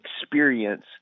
experience